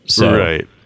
Right